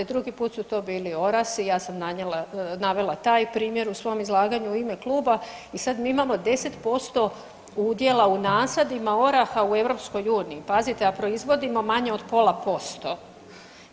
Drugi put su to bili orasi, ja sam navela taj primjer u svom izlaganju u ime kluba i sad mi imamo 10% udjela u nasadima oraha u EU, pazite a proizvodimo manje od pola posto.